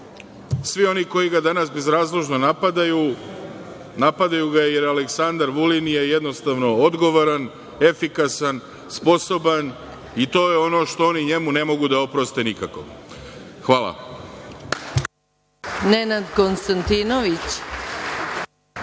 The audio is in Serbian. oni koji ga danas bezrazložno napadaju, napadaju ga jer je Aleksandar Vulin jednostavno odgovoran, efikasan, sposoban i to je ono što oni njemu ne mogu da oproste nikako. Hvala.